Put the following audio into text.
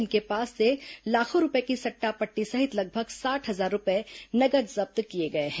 इनके पास से लाखों रूपये की सट्टा पट्टी सहित लगभग साठ हजार रूपये नगद जब्त किए गए हैं